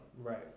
Right